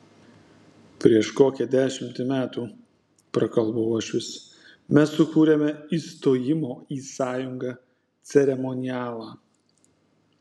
prieš kokią dešimtį metų prakalbo uošvis mes sukūrėme įstojimo į sąjungą ceremonialą